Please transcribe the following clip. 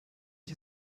ich